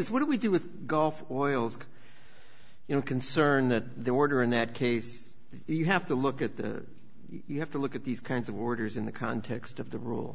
is what do we do with golf oils you know concern that they were in that case you have to look at the you have to look at these kinds of orders in the context of the rule